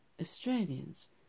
Australians